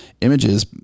images